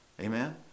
Amen